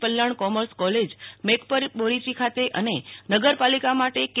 પલણ commerce college Meghpar Borichi ખાતે અને નગરપાલિકા માટે કે